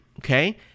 Okay